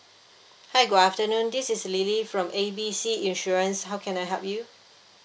hi good afternoon this is lily from A B C insurance how can I help you